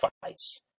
fights